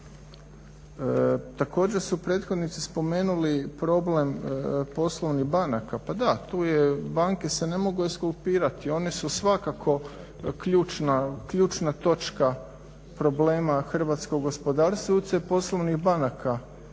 Također su prethodnici spomenuli problem poslovnih banaka, pa da, tu je, banke se ne mogu …/Govornik se ne razumije./… one su svakako ključna točka problema hrvatskog gospodarstva …/Govornik